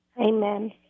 Amen